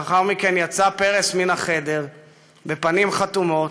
לאחר מכן יצא פרס מן החדר בפנים חתומות.